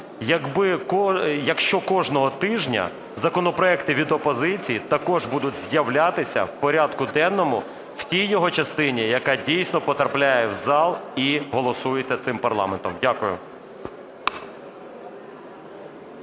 якщо кожного тижня законопроекти від опозиції також будуть з'являтися в порядку денному, в тій його частині, яка дійсно потрапляє в зал і голосується цим парламентом. Дякую.